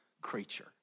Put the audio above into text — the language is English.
creature